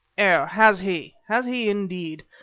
oh, has he? has he indeed?